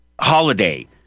Holiday